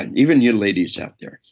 and even you ladies out there,